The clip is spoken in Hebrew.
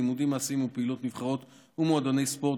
לימודים מעשיים ופעילות נבחרות ומועדוני ספורט